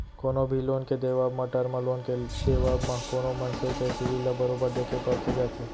कोनो भी लोन के देवब म, टर्म लोन के देवब म कोनो मनसे के सिविल ल बरोबर देखे परखे जाथे